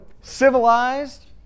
civilized